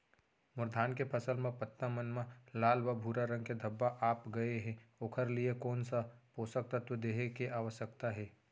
मोर धान के फसल म पत्ता मन म लाल व भूरा रंग के धब्बा आप गए हे ओखर लिए कोन स पोसक तत्व देहे के आवश्यकता हे?